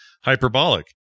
hyperbolic